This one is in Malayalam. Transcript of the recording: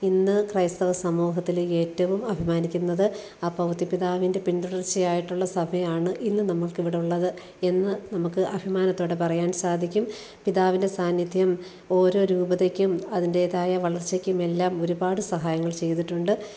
ഇന്ന് ക്രൈസ്തവ സമൂഹത്തിലെ ഏറ്റവും അഭിമാനിക്കുന്നത് ആ പൗത്യ പിതാവിൻ്റെ പിന്തുടർച്ചയായിട്ടുള്ള സഭയാണ് ഇന്ന് നമുക്കിവിടെ ഉള്ളത് എന്ന് നമുക്ക് അഭിമാനത്തോടെ പറയാൻ സാധിക്കും പിതാവിൻ്റെ സാന്നിധ്യം ഓരോ രൂപതയ്ക്കും അതിൻറേതായ വളർച്ചയ്ക്കും എല്ലാം ഒരുപാട് സഹായങ്ങൾ ചെയ്തിട്ടുണ്ട്